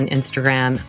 Instagram